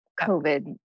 COVID